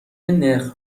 نرخ